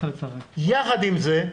יחד עם זאת,